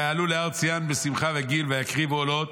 ויעלו להר ציון בשמחה וגיל ויקריבו עולות,